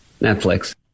Netflix